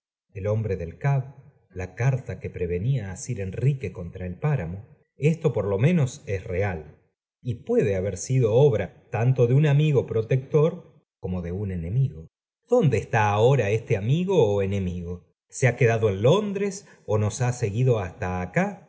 el hombre del cab la carta que prevenía á sir enrique contra el páramo esto por lo menos es real y puede haber sido obra tanto de un amigo protector como de un enemigo dónde está ahora este amigo ó enemigo se ha quedado en londres ó nos ha seguido hasta acá